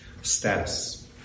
status